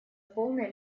полной